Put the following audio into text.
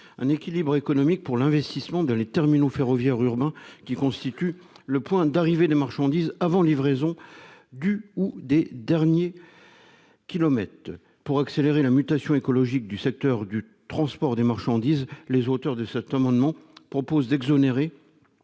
un équilibre économique pour l'investissement dans les terminaux ferroviaires urbains, qui constituent le point d'arrivée des marchandises avant la livraison du ou des derniers kilomètres. Pour accélérer la mutation écologique du secteur du transport des marchandises, les auteurs de cet amendement proposent d'exonérer